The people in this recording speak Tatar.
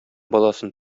баласын